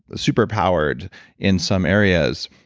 super powered in some areas.